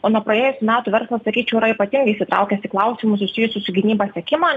o nuo praėjusių metų verslas sakyčiau yra ypatingai įsitraukęs į klausimų susijusių su gynyba sekimą